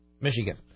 Michigan